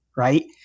Right